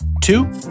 Two